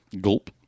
Gulp